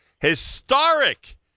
historic